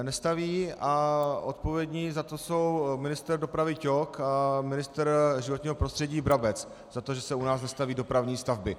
Nestaví a odpovědní za to jsou ministr dopravy Ťok a ministr životního prostředí Brabec, protože se u nás nestaví dopravní stavby.